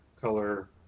color